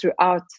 throughout